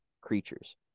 creatures